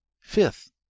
fifth